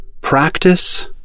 Practice